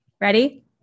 Ready